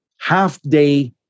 half-day